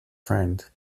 friend